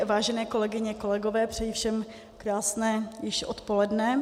Vážené kolegyně, kolegové, přeji všem krásné již odpoledne.